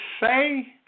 say